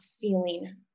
feeling